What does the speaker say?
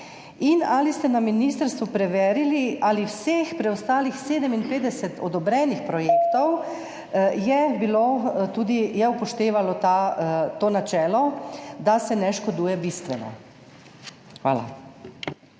Ali ste na ministrstvu preverili, ali je preostalih 57 odobrenih projektov upoštevalo to načelo »da se ne škoduje bistveno«? Hvala.